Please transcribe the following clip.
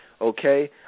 okay